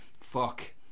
fuck